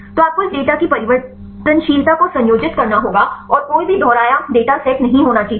तो आपको इस डेटा की परिवर्तनशीलता को संयोजित करना होगा और कोई भी दोहराया डेटा सेट नहीं होना चाहिए